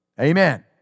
Amen